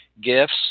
gifts